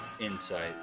Insight